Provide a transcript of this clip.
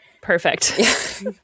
perfect